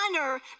honor